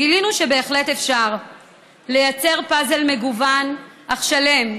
גילנו שבהחלט אפשר לייצר פאזל מגוון אך שלם,